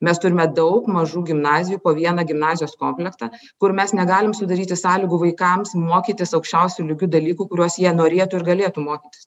mes turime daug mažų gimnazijų po vieną gimnazijos komplektą kur mes negalim sudaryti sąlygų vaikams mokytis aukščiausiu lygiu dalykų kuriuos jie norėtų ir galėtų mokytis